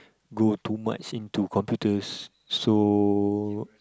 go too much into computers so